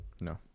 No